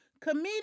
comedian